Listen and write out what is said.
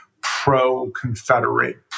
pro-Confederate